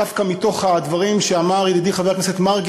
דווקא מתוך הדברים שאמר ידידי חבר הכנסת מרגי,